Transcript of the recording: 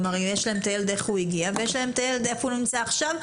כי יש להם את הילד איך הוא הגיע ויש להם את הילד איפה הוא נמצא עכשיו,